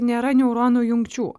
nėra neuronų jungčių